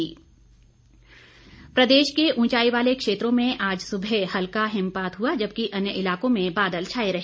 मौसम प्रदेश के ऊंचाई वाले क्षेत्रों में आज सुबह हल्का हिमपात हुआ जबकि अन्य इलाकों में बादल छाए रहे